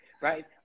right